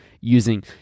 using